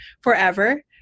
forever